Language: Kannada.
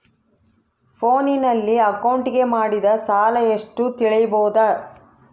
ಫೋನಿನಲ್ಲಿ ಅಕೌಂಟಿಗೆ ಮಾಡಿದ ಸಾಲ ಎಷ್ಟು ತಿಳೇಬೋದ?